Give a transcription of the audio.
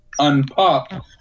unpop